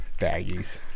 baggies